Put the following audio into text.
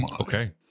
Okay